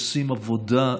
עושים עבודה,